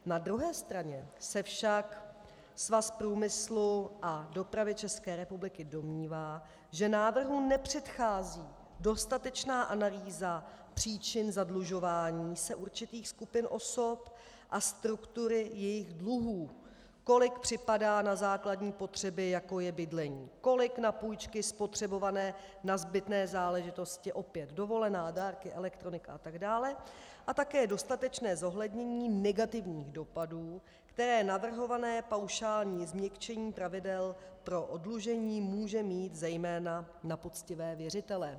Na druhé straně se však Svaz průmyslu a dopravy ČR domnívá, že návrhu nepředchází dostatečná analýza příčin zadlužování se určitých skupin osob a struktury jejich dluhů, kolik připadá na základní potřeby, jako je bydlení, kolik na půjčky spotřebované na zbytné záležitosti opět: dovolená, dárky elektronika atd. a také dostatečné zohlednění negativních dopadů, které navrhované paušální změkčení pravidel pro oddlužení může mít zejména na poctivé věřitele.